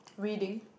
reading